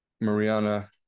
Mariana